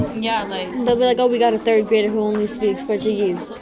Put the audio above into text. yeah like but we like we got a third grader who only speaks portuguese.